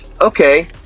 okay